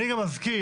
אני לא חושב